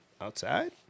outside